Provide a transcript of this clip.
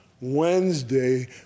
Wednesday